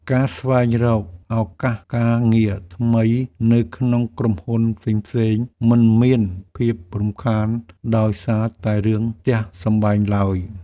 ការស្វែងរកឱកាសការងារថ្មីនៅក្នុងក្រុមហ៊ុនផ្សេងៗ មិនមានភាពរំខានដោយសារតែរឿងផ្ទះសម្បែងឡើយ។